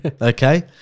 okay